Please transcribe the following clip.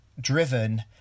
driven